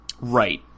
Right